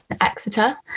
Exeter